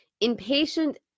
impatient